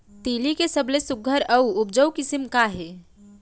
तिलि के सबले सुघ्घर अऊ उपजाऊ किसिम का हे?